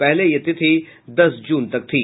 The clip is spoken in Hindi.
पहले यह तिथि दस जून तक थी